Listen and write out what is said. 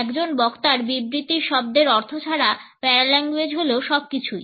একজন বক্তার বিবৃতির শব্দের অর্থ ছাড়া প্যারাল্যাঙ্গুয়েজ হলো সবকিছুই